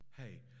hey